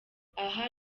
aha